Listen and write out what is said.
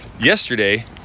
yesterday